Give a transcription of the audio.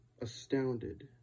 Astounded